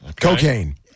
Cocaine